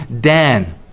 Dan